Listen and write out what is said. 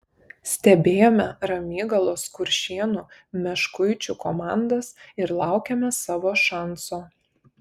stebėjome ramygalos kuršėnų meškuičių komandas ir laukėme savo šanso